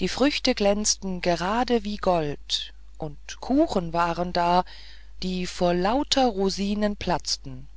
die früchte glänzten gerade wie gold und kuchen waren da die vor lauter rosinen platzten